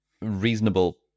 reasonable